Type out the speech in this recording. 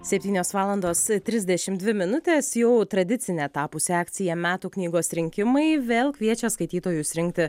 septynios valandos trisdešimt dvi minutės jau tradicine tapusi akcija metų knygos rinkimai vėl kviečia skaitytojus rinkti